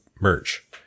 merch